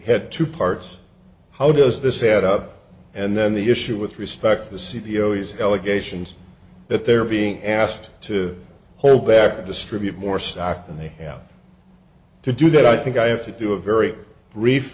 had two parts how does this add up and then the issue with respect to the c e o s allegations that they're being asked to hold back distribute more stock and they have to do that i think i have to do a very brief